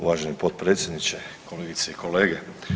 Uvaženi potpredsjedniče, kolegice i kolege.